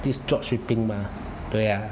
this drop shipping mah 对呀